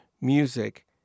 music